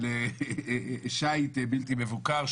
ולשייט בלתי מבוקר.